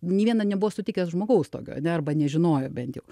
nei vieno nebuvo sutikęs žmogaus tokio ane nežinojo bent jau